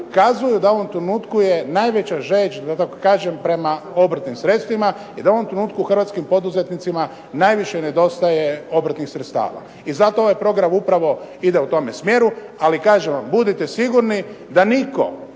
kazuju da u ovom trenutku je najveća žeđ, da tako kažem, prema obrtnim sredstvima i da u ovom trenutku hrvatskim poduzetnicima najviše nedostaje obrtnih sredstava. I zato ovaj program upravo ide u tome smjeru, ali kažem vam budite sigurni da nitko,